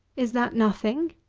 is that nothing?